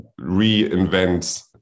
reinvent